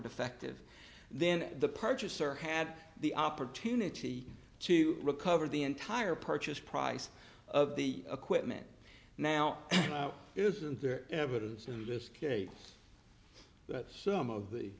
defective then the purchaser had the opportunity to recover the entire purchase price of the equipment now isn't there evidence in this case that some of the